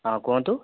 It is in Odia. ହଁ କୁହନ୍ତୁ